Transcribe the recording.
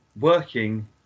working